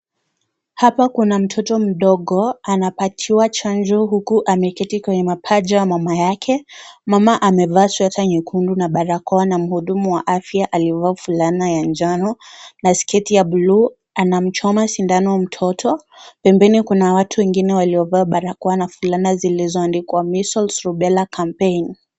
Hapa kuna mtoto mdogo anapatiwa chanjo huku ameketi kwenye mapacha ya mama yake. Mama amevaa sweta nyekundu na barakoa na mhudumu wa afya aliyevaa fulana ya njano na sketi ya bluu. Anamchoma sindano mtoto, pembeni kuna watu wengine waliovaa barakoa na fulana zilizoandikwa " Measles Rubella campaign ".